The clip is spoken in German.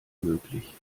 möglich